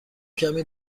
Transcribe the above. کمی